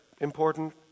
important